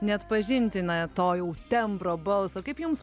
neatpažinti na to jau tembro balso kaip jums